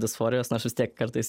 disforijos nors vis tiek kartais